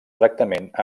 tractament